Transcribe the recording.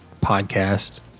podcast